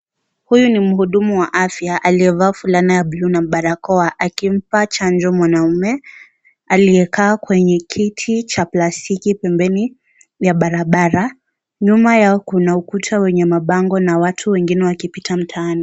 Huyu ni mhudumu wa afya aliyevaa fulana ya buluu na barakoa, akimpa chanjo mwanaume aliye kaa kwenye kiti cha plastiki pembeni ya barabara. Nyuma Yao Kuna ukuta wenye mabango na Watu wengine wakipita mtaani.